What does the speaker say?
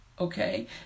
okay